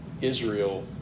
Israel